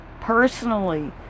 personally